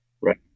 Right